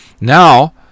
Now